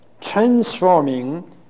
transforming